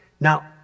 Now